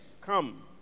come